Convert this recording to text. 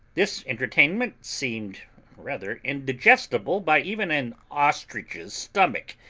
this entertainment seemed rather indigestible by even an ostrich's stomach,